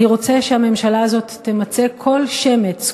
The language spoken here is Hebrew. אני רוצה שהממשלה הזו תמצה כל שמץ,